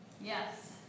Yes